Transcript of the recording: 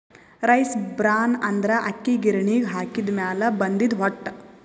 rice bran ಅಂದ್ರ ಅಕ್ಕಿ ಗಿರಿಣಿಗ್ ಹಾಕಿದ್ದ್ ಮ್ಯಾಲ್ ಬಂದಿದ್ದ್ ಹೊಟ್ಟ